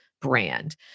brand